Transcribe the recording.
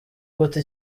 gute